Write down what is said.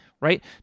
right